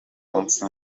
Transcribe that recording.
umunsi